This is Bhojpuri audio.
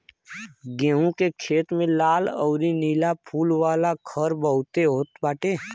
गेंहू के खेत में लाल अउरी नीला फूल वाला खर बहुते होत बाटे